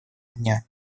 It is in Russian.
дня